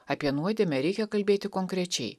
apie nuodėmę reikia kalbėti konkrečiai